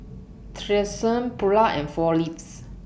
Tresemme Pura and four Leaves